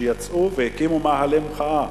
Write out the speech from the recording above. שיצאו והקימו מאהלי מחאה.